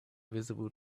visible